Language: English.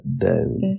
down